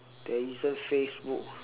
there isn't facebook